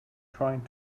trying